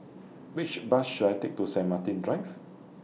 Which Bus should I Take to Saint Martin Drive